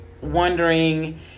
Wondering